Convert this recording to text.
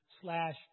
slash